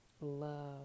love